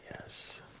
yes